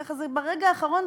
ככה ברגע האחרון,